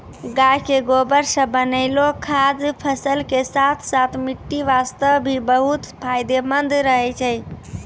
गाय के गोबर सॅ बनैलो खाद फसल के साथॅ साथॅ मिट्टी वास्तॅ भी बहुत फायदेमंद रहै छै